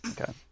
Okay